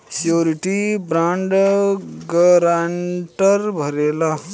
surety bond guarantor भरेला